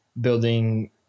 building